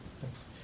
Thanks